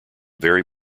very